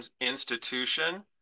institution